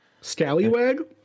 Scallywag